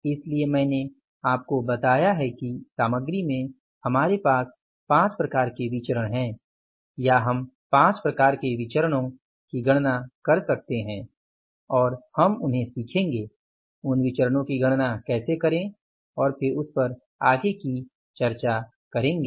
इसलिए मैंने आपको बताया है कि सामग्री में हमारे पास 5 प्रकार के विचरण हैं या हम 5 प्रकार के विचरणो की गणना कर सकते हैं और हम उन्हें सीखेंगे उन विचरणो की गणना कैसे करें और फिर उस पर आगे की चर्चा करेंगें